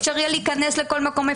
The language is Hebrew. אפשר יהיה להיכנס לכל מקום,